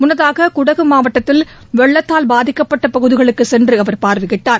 முன்னதாக குடகு மாவட்டத்தில் வெள்ளத்தால் பாதிக்கப்பட்ட பகுதிகளுக்குச் சென்று அவர் பார்வையிட்டார்